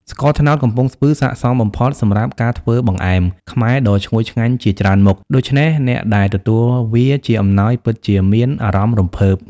ស្ករត្នោតកំំពង់ស្ពឺសាកសមបំផុតសម្រាប់ការធ្វើបង្អែមខ្មែរដ៏ឈ្ងុយឆ្ងាញ់ជាច្រើនមុខ ដូច្នេះអ្នកដែលទទួលវាជាអំណោយពិតជាមានអារម្មណ៍រំភើប។